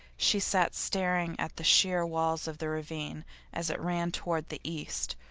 she sat staring at the sheer walls of the ravine as it ran toward the east,